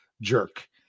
jerk